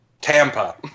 Tampa